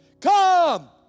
Come